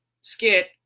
skit